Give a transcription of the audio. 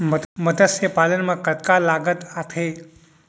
मतस्य पालन मा कतका लागत आथे?